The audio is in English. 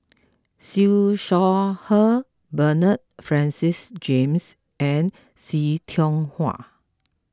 Siew Shaw Her Bernard Francis James and See Tiong Wah